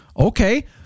okay